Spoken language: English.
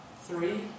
three